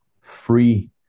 free